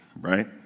right